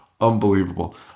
unbelievable